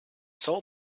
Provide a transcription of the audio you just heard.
sole